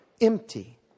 empty